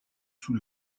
sous